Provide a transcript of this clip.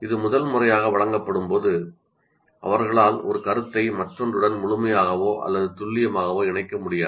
இது முதல் முறையாக வழங்கப்படும்போது அவர்களால் ஒரு கருத்தை மற்றொன்றுடன் முழுமையாகவோ அல்லது துல்லியமாகவோ இணைக்க முடியாது